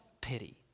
pity